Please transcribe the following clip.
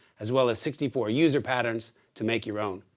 as well as sixty four user patterns to make your own.